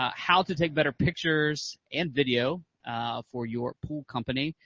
um how to take better pictures and video for your pool company.